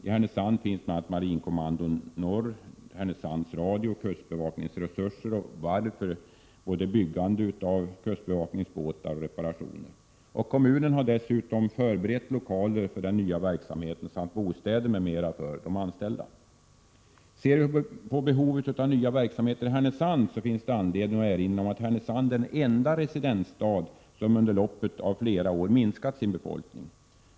I Härnösand finns bl.a. marinkommando 57 de av kustbevakningsbåtar och reparationer. Kommunen har dessutom förberett lokaler för den nya verksamheten, bostäder för de anställda m.m. När det gäller behovet av nya verksamheter i Härnösand finns det anledning att erinra om att Härnösand är den enda residensstad där befolkningen under loppet av flera år har minskat.